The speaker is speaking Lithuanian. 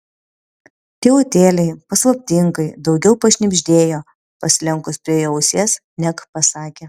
tylutėliai paslaptingai daugiau pašnibždėjo pasilenkus prie jo ausies neg pasakė